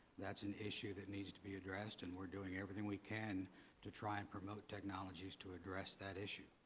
that's an issue that needs to be addressed, and we are doing everything we can to try and promote technologies to address that issue.